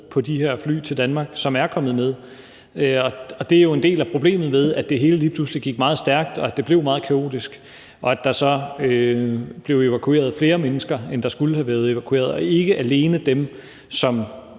på de her fly til Danmark, som er kommet med, og det er jo en del af problemet med, at det hele lige pludselig gik meget stærkt, og at det blev meget kaotisk – så der blev evakueret flere mennesker, end der skulle have været evalueret, og ikke alene dem, som